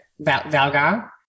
Valgar